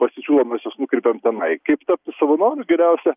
pasisiūlo mes juos nukreipiam tenai kaip tapti savanoriu geriausia